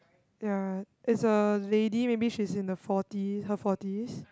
ya is a lady maybe she's in the forty her forties